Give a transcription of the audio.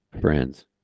friends